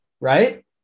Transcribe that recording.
right